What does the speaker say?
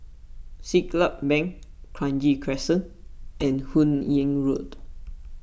Siglap Bank Kranji Crescent and Hun Yeang Road